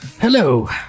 Hello